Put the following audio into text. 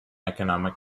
economic